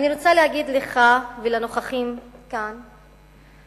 אני רוצה להגיד לך ולנוכחים כאן שה"נכבה"